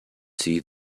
see